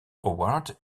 howard